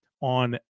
on